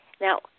Now